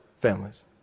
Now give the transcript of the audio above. families